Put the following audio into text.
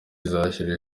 izashira